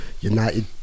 United